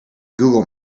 google